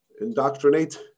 indoctrinate